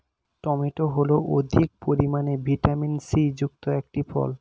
tomato হল অধিক পরিমাণে ভিটামিন সি যুক্ত একটি ফল